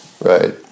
right